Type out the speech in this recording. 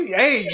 hey